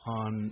on